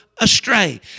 astray